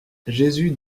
jésus